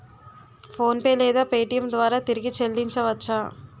PhonePe లేదా Paytm ద్వారా తిరిగి చల్లించవచ్చ?